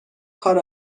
کار